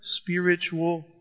spiritual